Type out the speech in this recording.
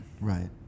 right